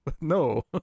No